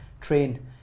train